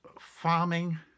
farming